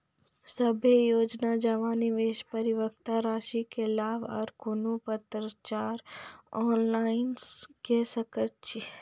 सभे योजना जमा, निवेश, परिपक्वता रासि के लाभ आर कुनू पत्राचार ऑनलाइन के सकैत छी?